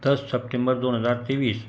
दस सप्टेंबर दोन हजार तेवीस